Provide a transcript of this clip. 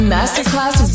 Masterclass